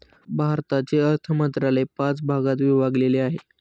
भारताचे अर्थ मंत्रालय पाच भागात विभागलेले आहे